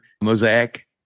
Mosaic